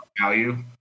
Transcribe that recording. value